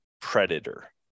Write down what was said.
predator